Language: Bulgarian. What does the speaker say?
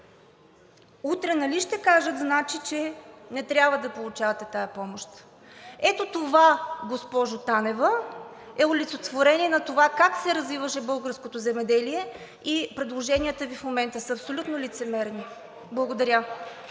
Утре нали ще кажат, значи не трябва да получавате тази помощ.“ Ето това, госпожо Танева, е олицетворение на това как се развиваше българското земеделие и предложенията Ви в момента са абсолютно лицемерни.